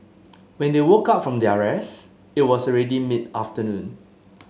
when they woke up from their rest it was already mid afternoon